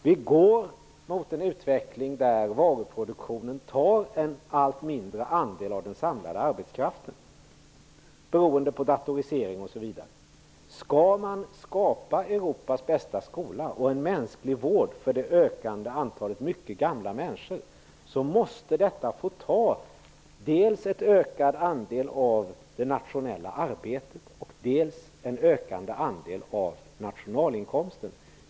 Vi går mot en utveckling, där varuproduktionen kräver en allt mindre andel av den samlade arbetskraften, beroende på datorisering osv. Skall man skapa Europas bästa skola och en mänsklig vård för det ökande antalet mycket gamla människor, måste detta få ta dels en ökad andel av det nationella arbetet, dels en ökande andel av nationalinkomsten.